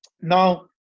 Now